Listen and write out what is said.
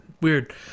Weird